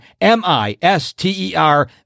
M-I-S-T-E-R